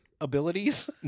Abilities